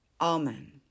Amen